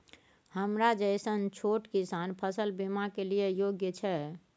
हमरा जैसन छोट किसान फसल बीमा के लिए योग्य छै?